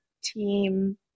team